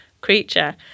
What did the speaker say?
creature